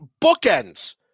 bookends